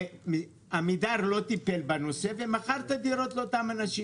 עמידר לא טיפל בנושא ומכר דירות לאותם אנשים